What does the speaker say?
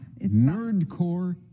Nerdcore